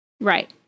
Right